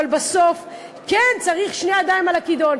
אבל בסוף כן צריך שתי ידיים על הכידון,